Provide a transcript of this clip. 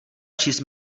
číst